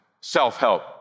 self-help